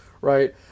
right